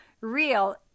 real